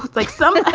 like some